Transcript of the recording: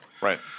Right